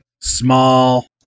small